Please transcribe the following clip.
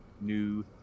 new